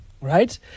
right